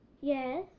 Yes